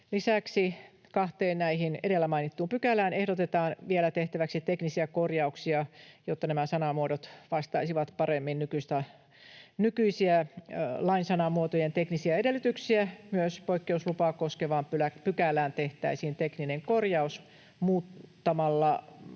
Lisäksi näihin kahteen edellä mainittuun pykälään ehdotetaan vielä tehtäväksi teknisiä korjauksia, jotta nämä sanamuodot vastaisivat paremmin nykyisiä lain sanamuotojen teknisiä edellytyksiä. Myös poikkeuslupaa koskevaan pykälään tehtäisiin tekninen korjaus muuttamalla